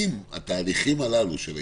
אם התהליכים הללו של האישורים,